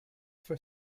for